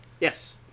Yes